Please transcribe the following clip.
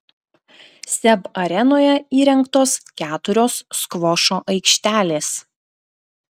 seb arenoje įrengtos keturios skvošo aikštelės